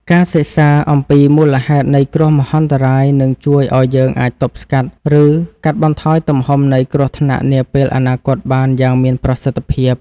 ការសិក្សាអំពីមូលហេតុនៃគ្រោះមហន្តរាយនឹងជួយឱ្យយើងអាចទប់ស្កាត់ ឬកាត់បន្ថយទំហំនៃគ្រោះថ្នាក់នាពេលអនាគតបានយ៉ាងមានប្រសិទ្ធភាព។